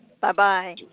Bye-bye